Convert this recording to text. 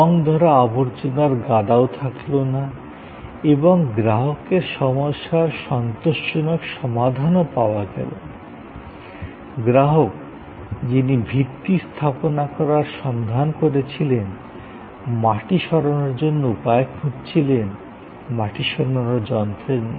জং ধরা আবর্জনার গাদাও থাকলো না এবং গ্রাহকের সমস্যার সন্তোষজনক সমাধানও পাওয়া গেল গ্রাহক যিনি ভিত্তি স্থাপনা করার সন্ধান করেছিলেন মাটি সরানোর জন্য উপায় খুঁজছিলেন মাটি সরানোর যন্ত্রের না